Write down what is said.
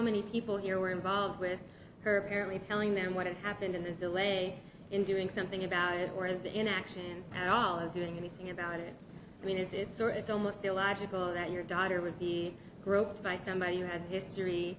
many people here were involved with her apparently telling them what had happened in the delay in doing something about it one of the inaction and all of doing anything about it i mean is it so it's almost illogical that your daughter would be groped by somebody who has history